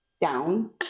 down